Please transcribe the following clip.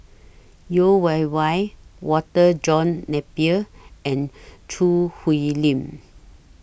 Yeo Wei Wei Walter John Napier and Choo Hwee Lim